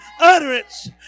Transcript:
utterance